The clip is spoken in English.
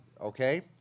okay